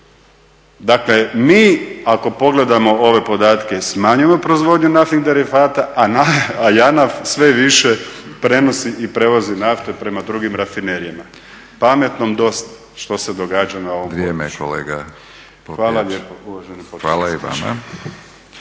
Dakle mi ako pogledamo ove podatke smanjujemo proizvodnju naftnih derivata a JANAF sve više prenosi i prevozi naftu prema drugim rafinerijama. Pametnom dosta što se događa na ovom području. …/Upadica: